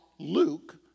Luke